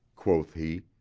quoth he,